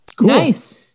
Nice